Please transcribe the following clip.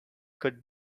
could